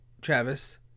Travis